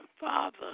Father